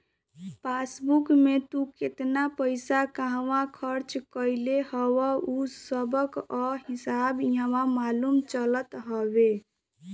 passbook में तू केतना पईसा कहवा खरच कईले हव उ सबकअ हिसाब इहवा मालूम चलत हवे